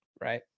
Right